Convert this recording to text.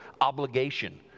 obligation